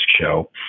show